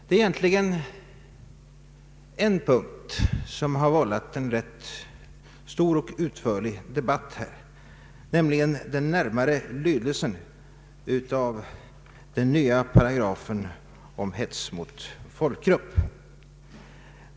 Det är egentligen bara en punkt som har vållat en rätt lång och utförlig debatt här, nämligen frågan om den närmare lydelsen av den nya paragrafen om hets mot folkgrupp.